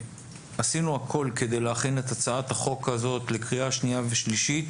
עשינו הכול כדי להכין את הצעת החוק הזאת לקריאה שנייה ושלישית